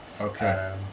Okay